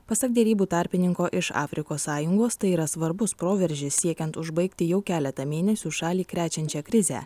pasak derybų tarpininko iš afrikos sąjungos tai yra svarbus proveržis siekiant užbaigti jau keletą mėnesių šalį krečiančią krizę